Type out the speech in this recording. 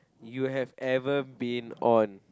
you have ever been on